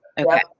Okay